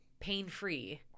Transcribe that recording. pain-free